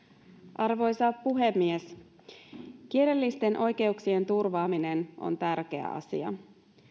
arvoisa puhemies kielellisten oikeuksien turvaaminen on tärkeä asia